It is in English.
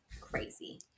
crazy